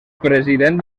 president